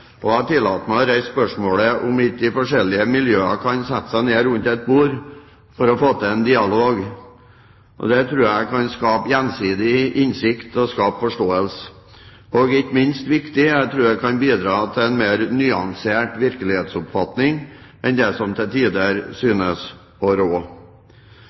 Jeg har tillatt meg å reise spørsmålet om ikke de forskjellige miljøene kan sette seg ned rundt et bord for å få til en dialog. Det tror jeg kan skape gjensidig innsikt og forståelse. Og ikke minst viktig: Jeg tror det kan bidra til en mer nyansert virkelighetsoppfatning enn den som til tider synes å rå.